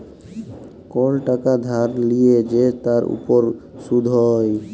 call টাকা ধার লিয়ে যে তার উপর শুধ হ্যয়